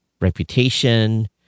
reputation